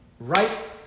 Right